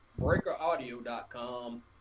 BreakerAudio.com